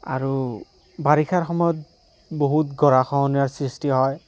আৰু বাৰিষাৰ সময়ত বহুত গৰাখহনীয়াৰ সৃষ্টি হয়